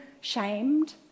shamed